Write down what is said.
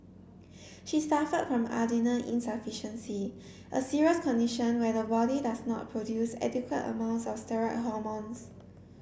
she suffered from adrenal insufficiency a serious condition where the body does not produce adequate amounts of steroid hormones